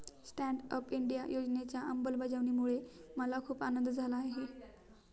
stand up India योजनेच्या अंमलबजावणीमुळे मला खूप आनंद झाला आहे